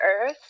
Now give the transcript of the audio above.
earth